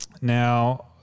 Now